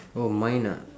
oh mine ah